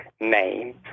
name